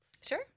Sure